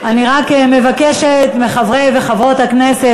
אני רק מבקשת מחברי וחברות הכנסת,